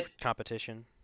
competition